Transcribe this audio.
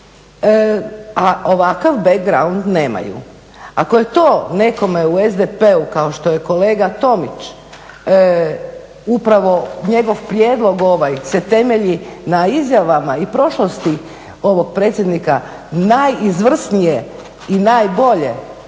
a ovakav background nemaju. Ako je to nekome u SDP-u kao što je kolega Tomić, upravo njegov prijedlog ovaj se temelji na izjavama i prošlosti ovog predsjednika najizvrsnije i najbolje